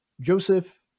Joseph